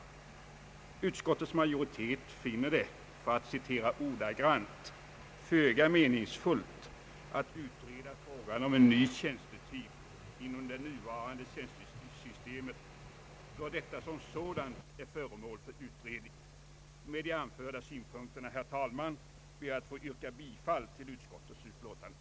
Utskottets majoritet finner det »föga meningsfullt» att utreda frågan om en ny tfjänstetyp inom det nuvarande tjänstesystesmet, då detta som sådant är föremål för utredning. Herr talman! Med de anförda synpunkterna ber jag att få yrka bifall till utskottets utlåtande.